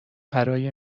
برای